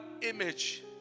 image